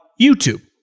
YouTube